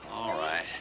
all right.